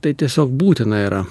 tai tiesiog būtina yra